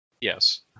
Yes